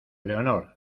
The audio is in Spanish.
leonor